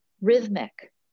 rhythmic